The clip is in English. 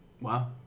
wow